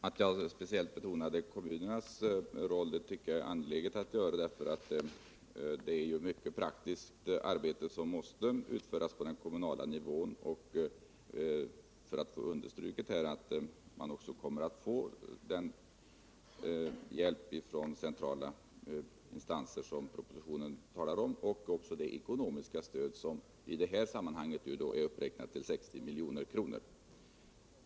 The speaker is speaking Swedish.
Herr talman! Jag betonade speciellt kommunernas roll därför att den är angelägen — det är ju mycket praktiskt arbete som måste utföras på den kommunala nivån — och för att understryka att man också kommer att få den hjälp från centrala instanser som propositionen talar om, och även det ekonomiska stödet, som i detta sammanhang är uppräknat till 60 milj.kr.